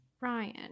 Ryan